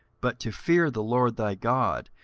but to fear the lord thy god,